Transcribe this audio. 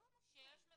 לא, מה פתאום.